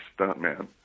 stuntman